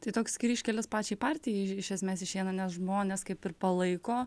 tai toks kryžkelis pačiai partijai iš esmės išeina nes žmonės kaip ir palaiko